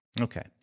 Okay